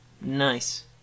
Nice